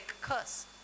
curse